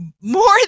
more